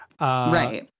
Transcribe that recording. Right